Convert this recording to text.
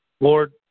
Lord